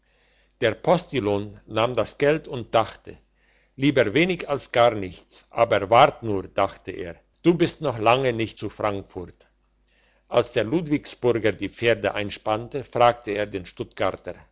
der postillion nahm das geld und dachte lieber wenig als gar nichts aber wart nur dachte er du bist noch lange nicht zu frankfurt als der ludwigsburger die pferde einspannte fragte er den stuttgarter